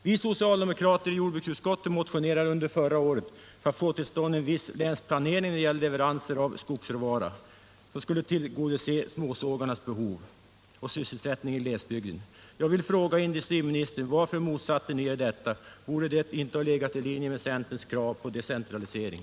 Vi socialdemokrater i jordbruksutskottet motionerade under förra året för att få till stånd en viss länsplanering när det gäller leveranser av skogsråvara, som skulle tillgodose småsågarnas behov och därmed slå vakt om sysselsättningen i glesbygden. Jag vill fråga industriministern: Varför motsatte ni er detta? Borde det inte ha legat i linje med centerns krav på decentralisering?